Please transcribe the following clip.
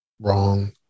wrong